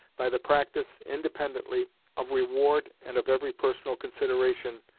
by the practice, independently of reward and of every personal consideration,